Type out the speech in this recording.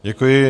Děkuji.